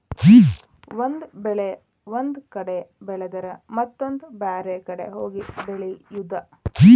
ಒಂದ ಬೆಳೆ ಒಂದ ಕಡೆ ಬೆಳೆದರ ಮತ್ತ ಬ್ಯಾರೆ ಕಡೆ ಹೋಗಿ ಬೆಳಿಯುದ